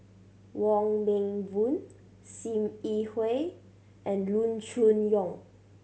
Wong Meng Voon Sim Yi Hui and Loo Choon Yong